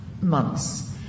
months